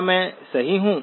क्या मैं सही हू